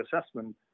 Assessment